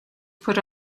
put